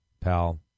pal